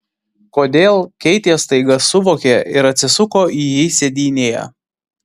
kodėl keitė staiga suvokė ir atsisuko į jį sėdynėje